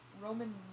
Roman